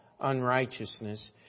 unrighteousness